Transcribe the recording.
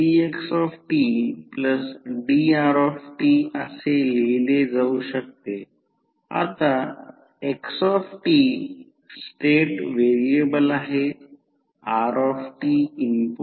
तर ट्रान्सफॉर्मरमध्ये सामान्यतः लॉसेस कमी असते आणि म्हणून ट्रान्सफॉर्मरची इफिशिनसी खूप जास्त असते लॉसेस नंतर पाहू